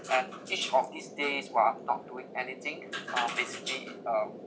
and each of these days where I not doing anything uh basically it uh